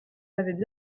l’avaient